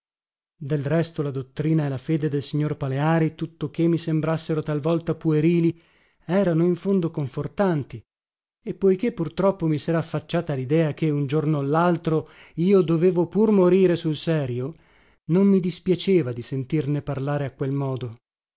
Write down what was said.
del resto la dottrina e la fede del signor paleari tuttoché mi sembrassero talvolta puerili erano in fondo confortanti e poiché purtroppo mi sera affacciata lidea che un giorno o laltro io dovevo pur morire sul serio non mi dispiaceva di sentirne parlare a quel modo